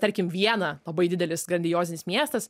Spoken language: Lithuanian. tarkim viena labai didelis grandiozinis miestas